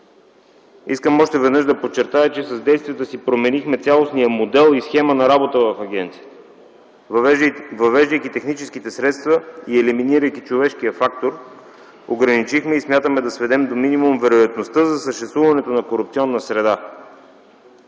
Искам още веднъж да подчертая, че с действията си променихме цялостния модел и схема на работа в агенцията. Въвеждайки техническите средства и елиминирайки човешкия фактор ограничихме и смятаме да сведем до минимум вероятността за съществуването на корупционна среда.